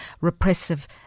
repressive